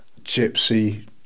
gypsy